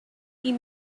you